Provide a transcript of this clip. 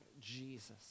Jesus